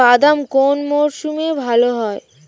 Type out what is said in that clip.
বাদাম কোন মরশুমে ভাল হয়?